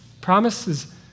Promises